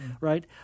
right